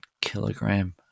kilogram